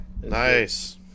Nice